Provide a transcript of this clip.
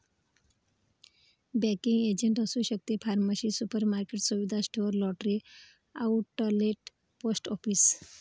banking agent असू शकते pharmacy supermarket सुविधा store lottery outlet post office